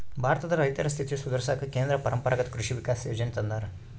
ಭಾರತದ ರೈತರ ಸ್ಥಿತಿ ಸುಧಾರಿಸಾಕ ಕೇಂದ್ರ ಪರಂಪರಾಗತ್ ಕೃಷಿ ವಿಕಾಸ ಯೋಜನೆ ತಂದಾರ